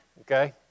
okay